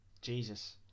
jesus